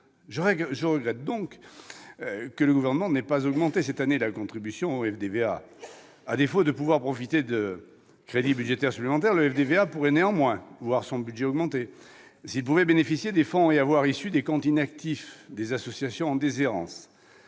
Je regrette donc que le Gouvernement n'ait pas augmenté cette année la contribution au FDVA. À défaut de pouvoir profiter de crédits budgétaires supplémentaires, le FDVA pourrait néanmoins voir son budget augmenter, s'il pouvait bénéficier des fonds et avoirs issus des comptes inactifs des associations en déshérence.